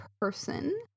person